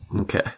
Okay